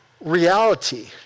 reality